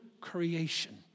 creation